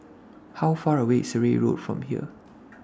How Far away IS Surrey Road from here